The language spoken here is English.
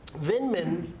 vindman,